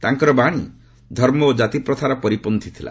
ତାଙ୍କର ବାଣୀ ଧର୍ମ ଓ ଜାତିପ୍ରଥାର ପରିପନ୍ତ୍ରୀ ଥିଲା